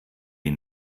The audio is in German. die